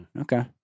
okay